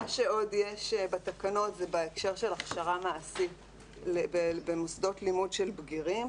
מה שעוד יש בתקנות זה בהקשר של הכשרה מעשית במוסדות לימוד של בגירים,